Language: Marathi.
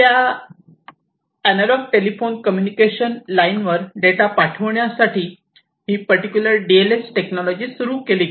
त्या एनालॉग टेलिफोन कम्युनिकेशन लाइनवर डेटा पाठविण्यासाठी ही particular D S L technology सुरू केली